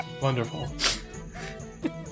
Wonderful